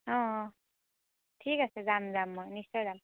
অঁ অঁ ঠিক আছে যাম যাম মই নিশ্চয় যাম